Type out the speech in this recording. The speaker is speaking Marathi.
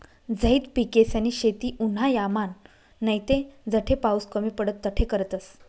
झैद पिकेसनी शेती उन्हायामान नैते जठे पाऊस कमी पडस तठे करतस